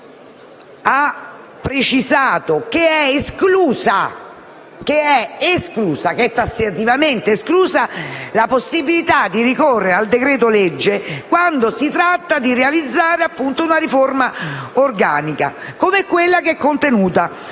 che è tassativamente esclusa la possibilità di ricorrere al decreto-legge quando si tratta di realizzare una riforma organica, come quella che è contenuta